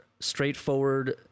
straightforward